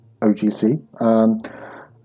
OGC